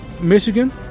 Michigan